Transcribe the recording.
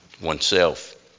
oneself